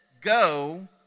go